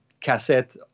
cassette